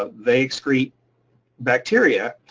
they excrete bacteria,